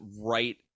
right